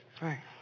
Right